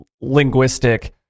linguistic